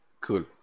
cool